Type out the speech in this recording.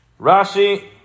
Rashi